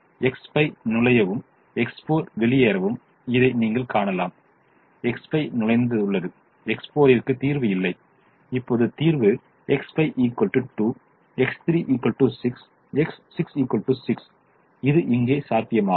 எனவே X5 நுழையும் X4 வெளியேறும் இதை நீங்கள் காணலாம் X5 நுழைந்துள்ளது X4 ற்கு தீர்வு இல்லை இப்போது தீர்வு X5 2 X3 6 X6 6 இது இங்கே சாத்தியமாகும்